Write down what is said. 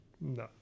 No